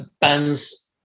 bands